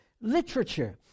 literature